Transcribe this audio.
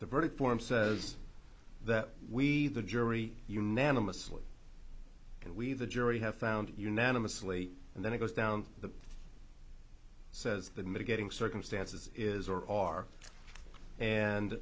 the verdict form says that we the jury unanimously we the jury have found unanimously and then it goes down the says the mitigating circumstances is or are and